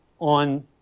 on